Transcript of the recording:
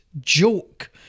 joke